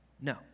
No